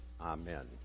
Amen